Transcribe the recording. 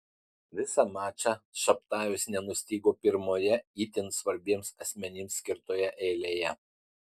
visą mačą šabtajus nenustygo pirmoje itin svarbiems asmenims skirtoje eilėje